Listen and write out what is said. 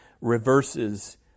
reverses